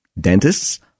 dentists